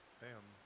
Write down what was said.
bam